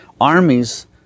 Armies